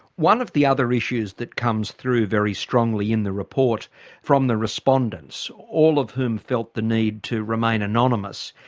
one of the other issues that comes through very strongly in the report from the respondents, all of whom felt the need to remain anonymous,